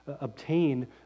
obtain